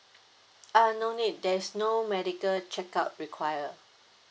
uh no need there's no medical checkup required